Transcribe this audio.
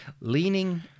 leaning